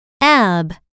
ab